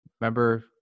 remember